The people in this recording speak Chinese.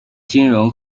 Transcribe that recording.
金融